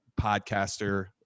podcaster